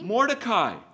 Mordecai